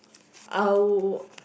I w~